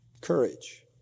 courage